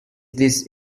this